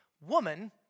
Woman